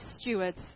stewards